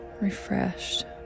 refreshed